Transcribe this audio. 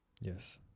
Yes